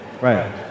Right